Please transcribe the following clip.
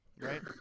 right